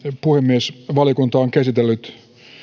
puhemies valiokunta on käsitellyt